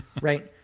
right